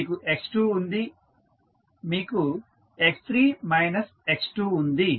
మీకు x2 ఉంది మీకు x3 మైనస్ x2 ఉంది